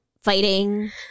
fighting